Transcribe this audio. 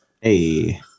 Hey